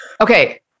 Okay